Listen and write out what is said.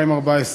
המילואים (תיקון מס' 2),